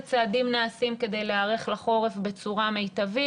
צעדים נעשים כדי להיערך לחורף בצורה מיטבית.